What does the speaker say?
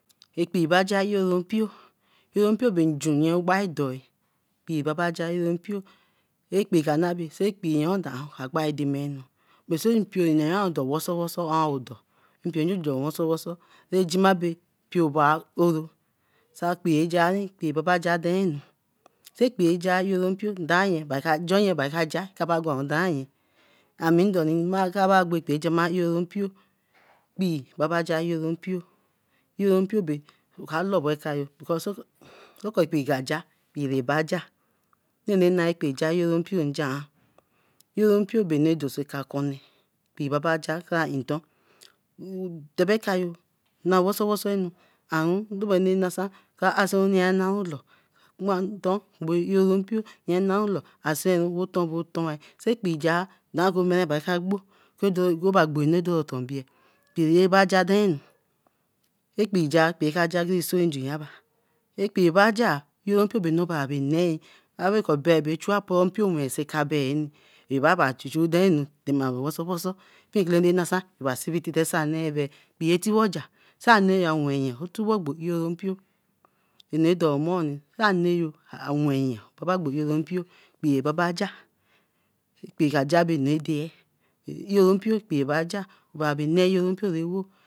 Epee ba ja ru oro mpio, oro mpio bae nju ra gbae doe. Ekpee baba jaru mpio sey ekpee ka ma bae sey ekpee yo do an ka gbae demenu. So mpio do weso. weso ra jima bae mpio bae oro sa ekpee ra jari ekpee baba jama denu. Sai ekpee ja oro mpio joyen kra ja kra ban dai yen. Ami rado oni kra gbo ekpee ra jama oro mpio. Kpee baba ja mpio, oro mpio bae do bo kayo, eko ekpee ka ja, kpee ba ja, anu ra na kpee ja oroo mpio oro mpio jian. Oro mpio ba anu ra do so konee kpee baba jar. Oro mpio ba anu ra do so konee kpee baba jar. Tebe kayo na woso woso kra banu ra nasan kra asun loo asanu. Sai kpee jah ra kpo ra gbo ra do otombia. kpee baba ja den anu, ekpee ja ekpee ba ja asoe nju jaba ekpee ba ja abekor abe chue mpio wensokabi ebabachuchu denu in na wosowoso anu nasan akasin na bae e tiwo jar etiwo gbo oroo mpio anu do omoru awen yen oroo mpio ekpee ba baja ekpee baja nu ra deye. oro mpio ekpee ba jar, e nee oro mpio bae ewo.